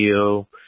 video